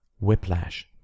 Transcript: whiplash